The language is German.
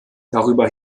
darüber